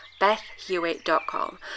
BethHewitt.com